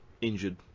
injured